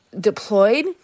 deployed